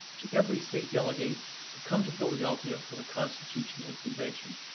to every state delegate to come to philadelphia for the constitutional convention.